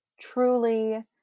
truly